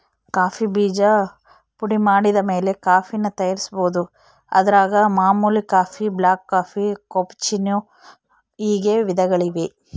coffee ಬೀಜ ಪುಡಿಮಾಡಿದಮೇಲೆ ಕಾಫಿನ ತಯಾರಿಸ್ಬೋದು, ಅದರಾಗ ಮಾಮೂಲಿ ಕಾಫಿ, ಬ್ಲಾಕ್ಕಾಫಿ, ಕ್ಯಾಪೆಚ್ಚಿನೋ ಹೀಗೆ ವಿಧಗಳಿವೆ